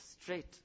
straight